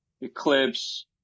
Eclipse